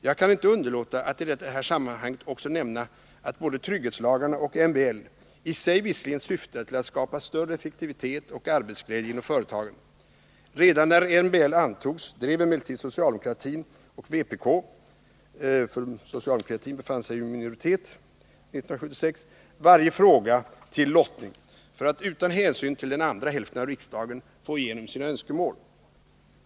Jag kan inte underlåta att i detta sammanhang också nämna att både trygghetslagarna och MBL i sig visserligen syftade till att skapa större effektivitet och'arbetsglädje inom företagen. Redan när MBL antogs drev emellertid socialdemokratin och vpk varje fråga till lottning — socialdemokraterna befann sig ju då i minoritet — för att utan hänsyn till den andra hälften av riksdagen få igenom sina önskemål.